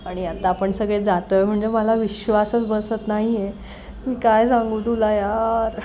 आणि आता आपण सगळे जातो आहे म्हणजे मला विश्वासच बसत नाही आहे मी काय सांगू तुला यार